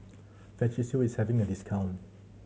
Vagisil is having a discount